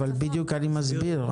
בדיוק אני מסביר.